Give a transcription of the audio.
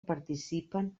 participen